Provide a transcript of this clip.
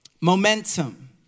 Momentum